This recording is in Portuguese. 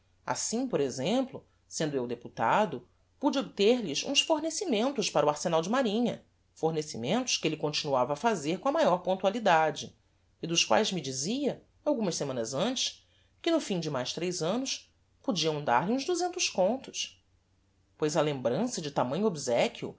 assim por exemplo sendo eu deputado pude obter lhe uns fornecimentos para o arsenal de marinha fornecimentos que elle continuava a fazer com a maior